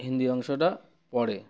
হিন্দি অংশটা পড়ে